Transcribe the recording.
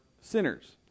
sinners